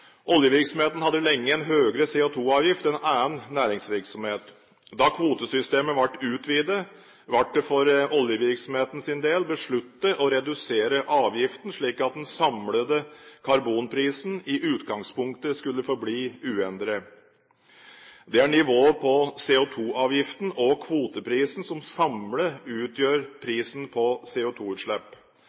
Oljevirksomheten hadde lenge en høyere CO2-avgift enn annen næringsvirksomhet. Da kvotesystemet ble utvidet, ble det for oljevirksomhetens del besluttet å redusere avgiften, slik at den samlede karbonprisen i utgangspunktet skulle forbli uendret. Det er nivået på CO2-avgiften og kvoteprisen som samlet utgjør prisen på